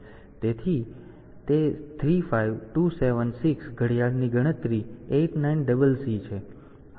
તેથી તે 35276 ઘડિયાળની ગણતરી 89CC છે